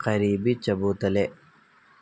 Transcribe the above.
قریبی چبوتلے